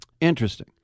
Interesting